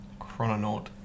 Chrononaut